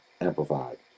amplified